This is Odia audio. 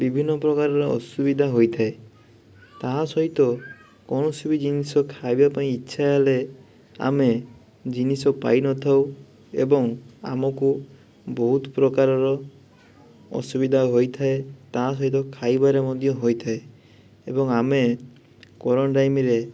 ବିଭିନ୍ନ ପ୍ରକାରର ଅସୁବିଧା ହୋଇଥାଏ ତାହା ସହିତ କୌଣସି ବି ଜିନିଷ ଖାଇବା ପାଇଁ ଇଚ୍ଛା ହେଲେ ଆମେ ଜିନିଷ ପାଇ ନଥାଉ ଏବଂ ଆମକୁ ବହୁତ ପ୍ରକାରର ଅସୁବିଧା ହୋଇଥାଏ ତା ସହିତ ଖାଇବାରେ ମଧ୍ୟ ହୋଇଥାଏ ଏବଂ ଆମେ କୋରୋନା ଟାଇମରେ